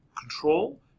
control